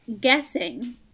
guessing